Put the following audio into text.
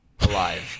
alive